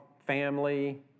family